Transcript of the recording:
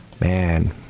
Man